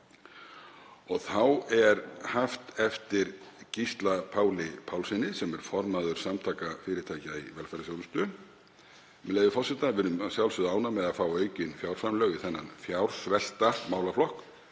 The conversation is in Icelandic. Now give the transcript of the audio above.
Þá er haft eftir Gísla Páli Pálssyni, sem er formaður Samtaka fyrirtækja í velferðarþjónustu, með leyfi forseta: „Við erum að sjálfsögðu ánægð með að fá aukin fjárframlög í þennan fjársvelta málaflokk